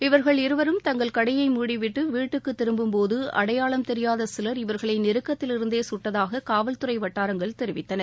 இவர்கள் இருவரும் தங்கள் கடையை மூடிவிட்டு வீட்டுக்கு திரும்பும்போது அடையாளம் தெரியாத சிலர் இவர்களை நெருக்கத்திலிருந்தே சுட்டதாக காவல்துறை வட்டாரங்கள் தெரிவித்தன